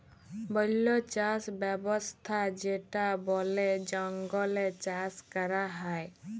বল্য চাস ব্যবস্থা যেটা বলে জঙ্গলে চাষ ক্যরা হ্যয়